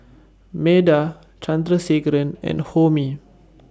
Medha Chandrasekaran and Homi